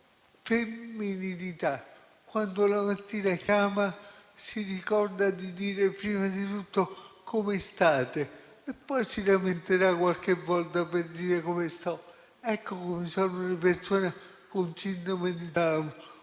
femminilità. Quando la mattina chiama, si ricorda di dire prima di tutto «come state» e poi si lamenterà qualche volta per dire «come sto». Ecco come sono le persone con la sindrome di